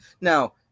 Now